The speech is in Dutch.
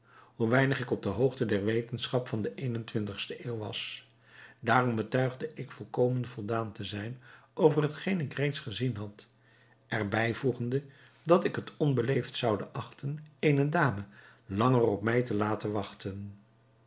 hoe weinig ik op de hoogte der wetenschap van de een en twintigste eeuw was daarom betuigde ik volkomen voldaan te zijn over hetgeen ik reeds gezien had er bijvoegende dat ik het onbeleefd zoude achten eene dame langer op mij te laten wachten